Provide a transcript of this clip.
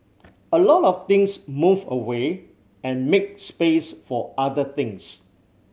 a lot of things move away and make space for other things